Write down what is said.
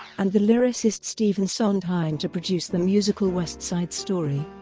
and the lyricist stephen sondheim to produce the musical west side story.